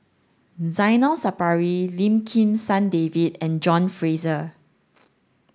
Zainal Sapari Lim Kim San David and John Fraser